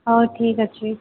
ହଉ ଠିକ୍ ଅଛି